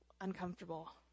uncomfortable